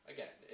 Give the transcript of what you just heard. Again